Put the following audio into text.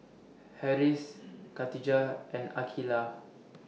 Harris Khadija and Aqeelah